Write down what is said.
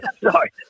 Sorry